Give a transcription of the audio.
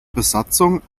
besatzung